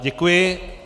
Děkuji.